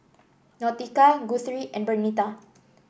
Nautica Guthrie and Bernita